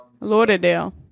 Lauderdale